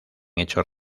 hechos